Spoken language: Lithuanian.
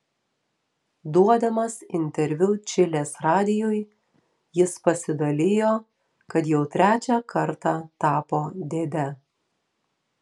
duodamas interviu čilės radijui jis pasidalijo kad jau trečią kartą tapo dėde